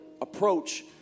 approach